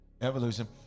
Evolution